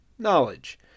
knowledge